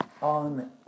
On